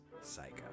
Psycho